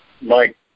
Mike